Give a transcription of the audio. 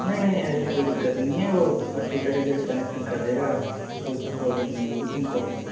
नहीं नहीं ऐसी कोई दिक्कत नहीं है वह अच्छी तरीके से कनेक्शन कर देगा कोई प्रॉब्लम नहीं होगी तुम को